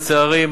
לצערי,